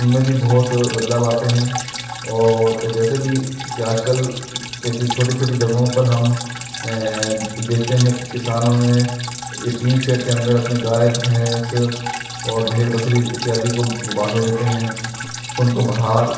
उनमें भी बहुत बदलाव आते हैं और जैसे भी कि आज कल एक छोटी छोटी जगहों पर हम देखते हैं कि किसानों ने ये टीन शैड के अंदर अपने गाय भैंस और भेड़ बकरी इत्यादि को वो बांधे रहते हैं उनको बाहर